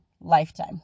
lifetime